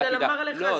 יגאל אמר לך.